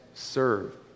serve